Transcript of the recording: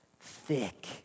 thick